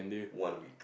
one week